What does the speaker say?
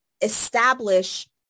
establish